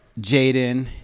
Jaden